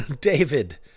David